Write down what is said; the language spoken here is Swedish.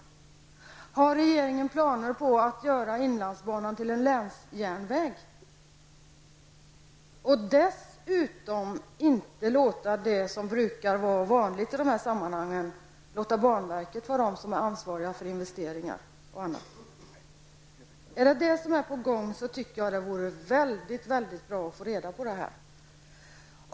Har regeringen planer på att göra inlandsbanan till en länsjärnväg, och dessutom inte låta det ske som brukar vara vanligt i dessa sammanhang, nämligen att låta banverket vara ansvarigt för investeringar och annat? Är det detta som är på gång tycker jag att det vore mycket bra att få reda på det.